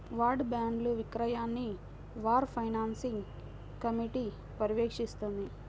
war బాండ్ల విక్రయాన్ని war finance committee పర్యవేక్షిస్తుంది